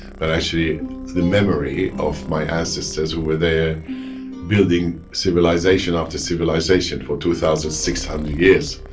but actually the memory of my ancestors who were there building civilization after civilization for two thousand six hundred years,